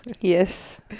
Yes